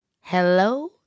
Hello